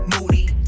moody